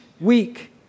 week